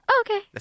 Okay